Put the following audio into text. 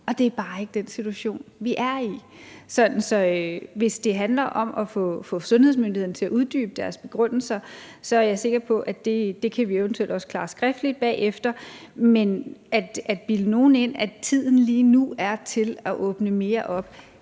og det er bare ikke den situation, vi er i. Hvis det handler om at få sundhedsmyndighederne til at uddybe deres begrundelser, er jeg sikker på, at vi eventuelt også kan klare det skriftligt bagefter. Men at bilde nogen ind, at tiden lige nu er til at åbne mere op,